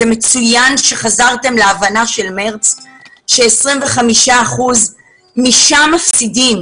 זה מצוין שחזרתם להבנה של חודש מארס ש-25 אחוזים משם מפסידים